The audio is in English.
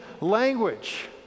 language